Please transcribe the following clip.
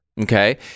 Okay